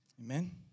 Amen